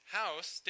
house